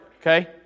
okay